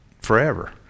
forever